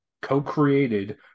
co-created